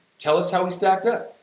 tell us how we stacked up.